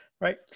Right